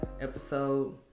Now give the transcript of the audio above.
episode